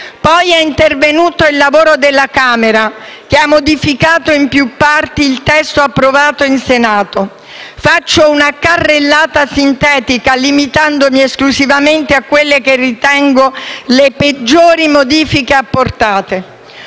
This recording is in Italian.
poi intervenuto il lavoro della Camera, che ha modificato in più parti il testo approvato in Senato. Faccio una carrellata sintetica, limitandomi esclusivamente a quelle che ritengo le peggiori modifiche apportate.